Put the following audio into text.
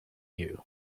you